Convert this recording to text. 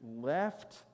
left